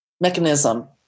mechanism